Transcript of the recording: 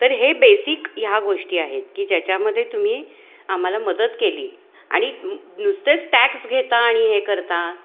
तर हे बेसिक ह्या गोष्टी आहेत की ज्याच्यामध्ये तुम्ही आम्हाला मदत केली आणि नुसतेच टॅक्स घेता आणि हे करता